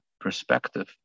perspective